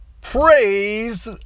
Praise